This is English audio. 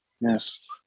Yes